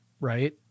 right